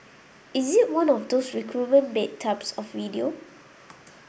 is it one of those recruitment bait types of video